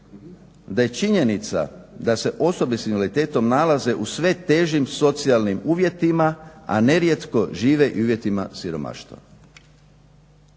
da je činjenica da se osobe s invaliditetom nalaze u sve težim socijalnim uvjetima, a nerijetko žive i u uvjetima siromaštva.